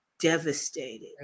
devastated